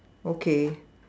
okay